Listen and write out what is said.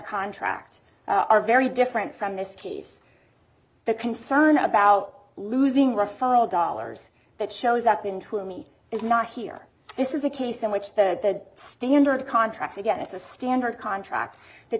contract are very different from this case the concern about losing rafal dollars that shows up in to me if not here this is a case in which the standard contract again it's a standard contract that